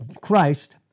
Christ